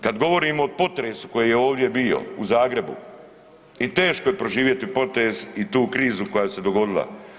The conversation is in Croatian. Kad govorimo o potresu koji je ovdje bio u Zagrebu i teško je proživjeti potres i tu krizu koja se dogodila.